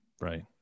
Right